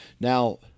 Now